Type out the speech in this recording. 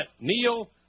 Neil